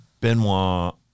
Benoit